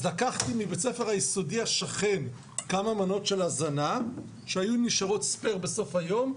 אז לקחתי מבית ספר היסודי השכן כמה מנות של הזנה שנשארו בסוף היום,